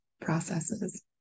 processes